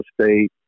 state